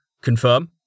Confirm